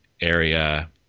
area